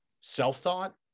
self-thought